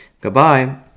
goodbye